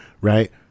Right